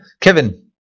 Kevin